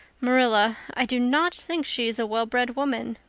marilla, i do not think she is a well-bred woman.